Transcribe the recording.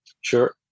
Sure